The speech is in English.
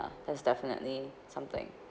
ah there's definitely something